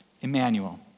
Emmanuel